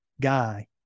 guy